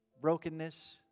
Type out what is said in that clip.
brokenness